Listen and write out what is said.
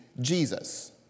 Jesus